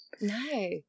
No